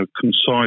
concise